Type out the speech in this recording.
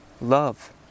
love